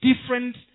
different